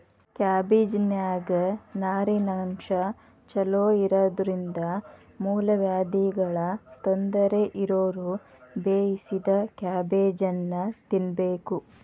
ಕ್ಯಾಬಿಜ್ನಾನ್ಯಾಗ ನಾರಿನಂಶ ಚೋಲೊಇರೋದ್ರಿಂದ ಮೂಲವ್ಯಾಧಿಗಳ ತೊಂದರೆ ಇರೋರು ಬೇಯಿಸಿದ ಕ್ಯಾಬೇಜನ್ನ ತಿನ್ಬೇಕು